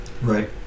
Right